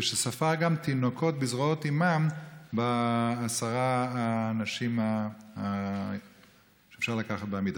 וספר גם תינוקות בזרועות אימם בין עשרת האנשים שאפשר לקחת בעמידה.